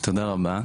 הצגת מצגת תודה רבה,